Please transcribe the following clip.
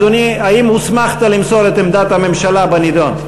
אדוני, האם הוסמכת למסור את עמדת הממשלה בנדון?